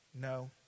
No